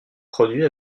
produit